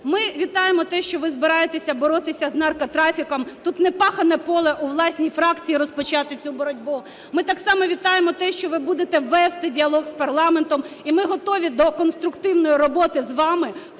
Ми вітаємо те, що ви збираєтесь боротися з наркотрафіком, тут непахане поле у власній фракції розпочати цю боротьбу. Ми так само вітаємо те, що ви будете вести діалог з парламентом. І ми готові до конструктивної роботи з вами